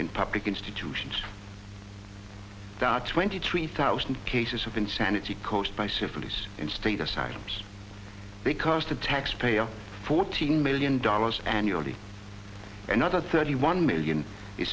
in public institutions that are twenty three thousand cases of insanity coast by syphilis in state asylums because the taxpayer fourteen million dollars annually another thirty one million